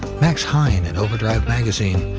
max heine at overdrive magazine,